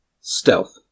Stealth